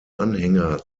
anhänger